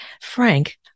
Frank